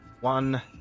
One